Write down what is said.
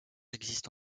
existe